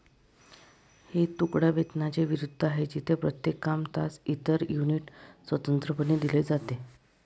हे तुकडा वेतनाच्या विरुद्ध आहे, जेथे प्रत्येक काम, तास, इतर युनिट स्वतंत्रपणे दिले जाते